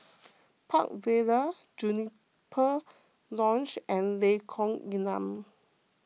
Park Vale Juniper Lodge and Lengkong Enam